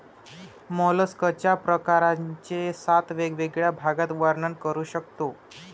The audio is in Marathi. मॉलस्कच्या प्रकारांचे सात वेगवेगळ्या भागात वर्णन करू शकतो